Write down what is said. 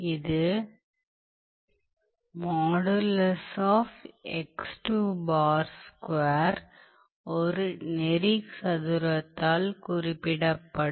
இது ஒரு நெறி சதுரத்தால் குறிப்பிடப்படும்